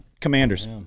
Commanders